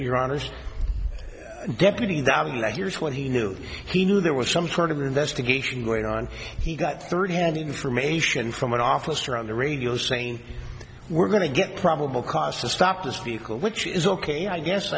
your honest deputy that in that here's what he knew he knew there was some sort of investigation going on he got thirty hand information from an officer on the radio saying we're going to get probable cause to stop this vehicle which is ok i guess